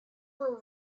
were